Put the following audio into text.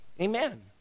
Amen